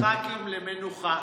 נוציא את הח"כים למנוחה,